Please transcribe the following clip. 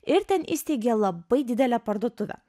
ir ten įsteigė labai didelę parduotuvę